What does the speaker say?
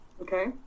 Okay